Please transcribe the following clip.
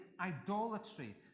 idolatry